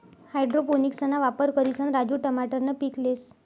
हाइड्रोपोनिक्सना वापर करिसन राजू टमाटरनं पीक लेस